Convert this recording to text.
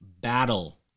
battle